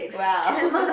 !wow!